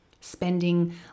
spending